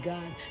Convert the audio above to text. God